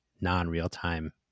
non-real-time